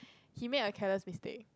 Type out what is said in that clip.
he made a careless mistake